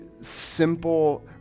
simple